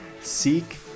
Seek